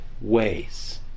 ways